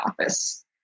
office